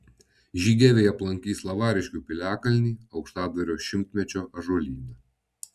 žygeiviai aplankys lavariškių piliakalnį aukštadvario šimtmečio ąžuolyną